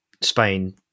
Spain